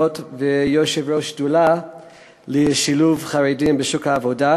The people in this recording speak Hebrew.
ויושב-ראש השדולה לשילוב חרדים בשוק העבודה,